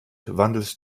wandelt